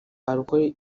alcool